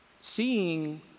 Seeing